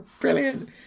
Brilliant